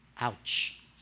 Ouch